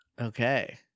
Okay